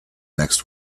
next